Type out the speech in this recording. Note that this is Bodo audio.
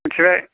मिन्थिबाय